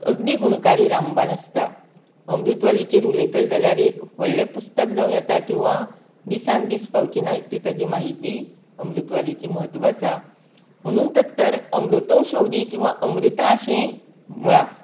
अगदी गुणकारी रामवान आसता अमृतवालीचेर उलयतलो जाल्यारीय व्हडलें पुस्तक जावं येता किंवा दिसान दीस पावचीना इतली ताची म्हयती अमृतवालीची म्हत्व आसा म्हणून तर तर अमृतोषदी किंवां अमृता अशें म्हळां